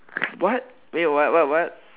what wait what what what